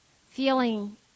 Feeling